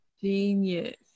genius